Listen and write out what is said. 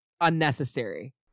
unnecessary